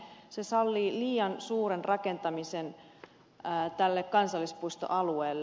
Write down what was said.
se sallii liian suuren rakentamisen tälle kansallispuistoalueelle